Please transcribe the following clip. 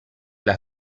las